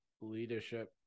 leadership